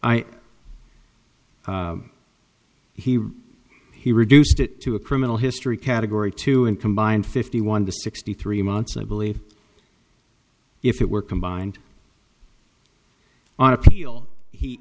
appeal he he reduced it to a criminal history category two and combined fifty one to sixty three months i believe if it were combined on appeal he